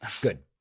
Good